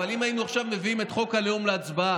אבל אם היינו עכשיו מביאים את חוק הלאום להצבעה,